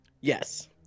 Yes